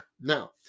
Now